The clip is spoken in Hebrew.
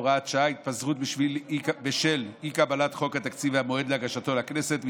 הוראת שעה) (התפזרות בשל אי-קבלת חוק התקציב והמועד להגשתו לכנסת),